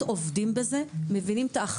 הנושא על הפרק: הטיפול הממשלתי בחוסר מעש בקרב